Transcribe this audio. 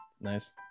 Nice